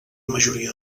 majoria